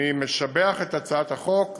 אני משבח את הצעת החוק,